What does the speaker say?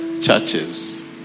churches